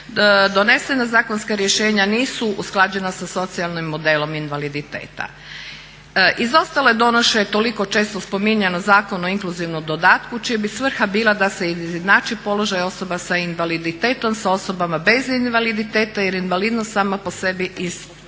Donesena zakonska rješenja nisu usklađena sa socijalnim modelom invaliditeta. Izostalo je donošenje toliko često spominjanog Zakona o inkluzivnom dodatku čija bi svrha bila da se izjednači položaj osoba sa invaliditetom sa osobama bez invaliditeta jer invalidnost sama po sebi iziskuje